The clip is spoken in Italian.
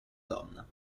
donna